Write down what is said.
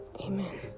Amen